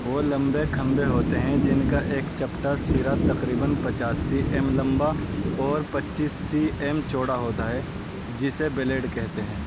وہ لمبے کھمبے ہوتے ہیں جن کا ایک چپٹا سرا تقریباً پچاس سی ایم لمبا اور پچیس سی ایم چوڑا ہوتا ہے جسے بلیڈ کہتے ہیں